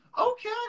Okay